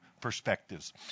perspectives